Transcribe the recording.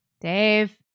Dave